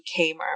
Kamer